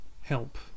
help